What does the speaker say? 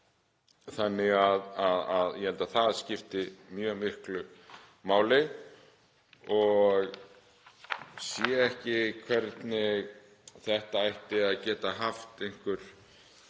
verið. Ég held að þetta skipti mjög miklu máli og sé ekki hvernig þetta ætti að geta haft einhver